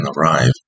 arrive